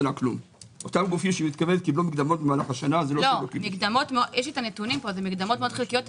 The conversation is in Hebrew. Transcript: יש לי הנתונים פה אלה מקדמות מאוד חלקיות.